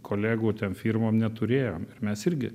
kolegų ten firmom neturėjom mes irgi